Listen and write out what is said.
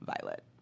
violet